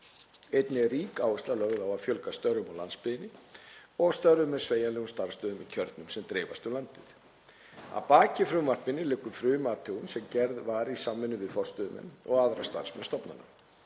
Einnig er rík áhersla lögð á að fjölga störfum á landsbyggðinni og störfum með sveigjanlegum starfsstöðvum í kjörnum sem dreifast um landið. Að baki frumvarpinu liggur frumathugun sem gerð var í samvinnu við forstöðumenn og aðra starfsmenn stofnana.